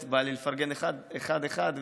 באמת בא לי לפרגן להם אחד-אחד.